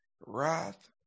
wrath